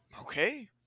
Okay